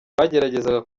bageragezaga